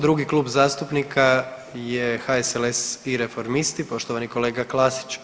Drugi klub zastupnika je HSLS i Reformisti poštovani kolega Klasić.